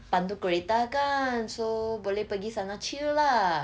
pandu kereta kan so boleh pergi sana chill lah